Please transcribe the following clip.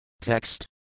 Text